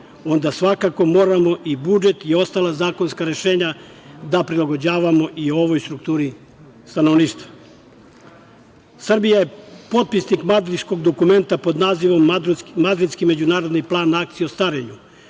onda svakako moramo i budžet i ostala zakonska rešenja da prilagođavamo i ovoj strukturi stanovništva. Srbija je potpisnik madridskog dokumenta, pod nazivom „Madridski međunarodni plan akcije o starenju“,